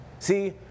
See